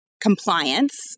compliance